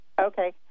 Okay